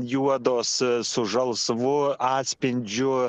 juodos su žalsvu atspindžiu